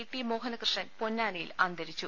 T Mohanakrishnan പൊന്നാനിയിൽ അന്തരിച്ചു